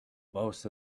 most